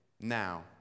now